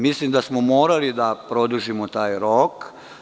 Mislim da smo morali da produžimo taj rok.